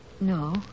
No